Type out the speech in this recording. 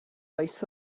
oes